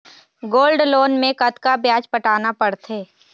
Gold loan मे कतका ब्याज पटाना पड़थे?